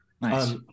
Nice